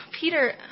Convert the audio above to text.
Peter